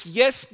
yes